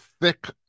thick